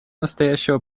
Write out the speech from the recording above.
настоящего